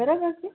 બરોબર છે